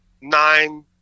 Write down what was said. nine